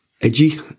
edgy